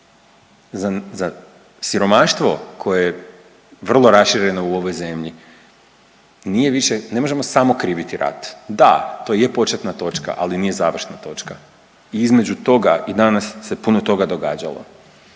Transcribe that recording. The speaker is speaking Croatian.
za siromaštvo koje je vrlo rašireno u ovoj zemlji, nije više, ne možemo samo kriviti rat, da to je početna točka, ali nije završna točka i između toga i danas se puno toga događalo,